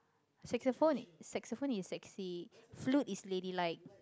Saxophone Saxophone is sexy flute is ladylike